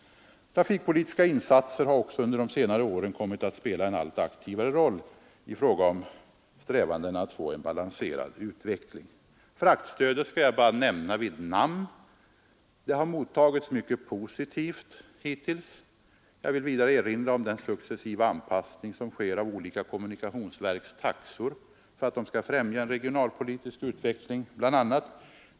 Trafikpolitiska insatser har också under de senare åren kommit att spela en allt aktivare roll i strävandena att få en balanserad utveckling. Fraktstödet skall jag bara nämna vid namn. Det har mottagits mycket positivt hittills. Jag vill vidare erinra om den successiva anpassning som sker av olika kommunikationsverks taxor så att de skall främja en regionalpolitisk utveckling, bl.a.